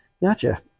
gotcha